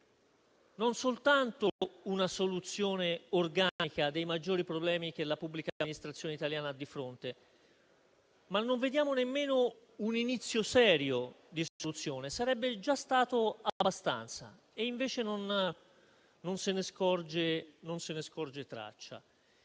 con soddisfazione - una soluzione organica dei maggiori problemi che la pubblica amministrazione italiana ha di fronte, ma nemmeno un inizio serio di soluzione. Sarebbe già stato abbastanza e invece non se ne scorge traccia.